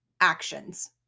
actions